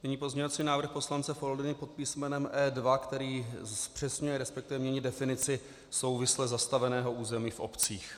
Nyní pozměňovací návrh poslance Foldyny pod písmenem E2, který zpřesňuje, resp. mění definici souvisle zastaveného území v obcích.